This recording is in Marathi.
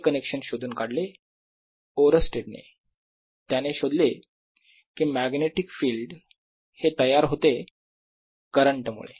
ते कनेक्शन शोधून काढले ओरस्टेड त्याने शोधले कि मॅग्नेटिक फिल्ड हे तयार होते करंट मुळे